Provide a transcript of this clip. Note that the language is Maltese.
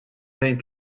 fejn